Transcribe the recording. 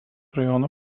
rajono